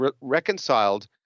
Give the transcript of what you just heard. reconciled